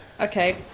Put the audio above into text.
Okay